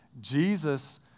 Jesus